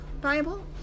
Bible